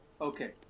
okay